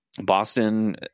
Boston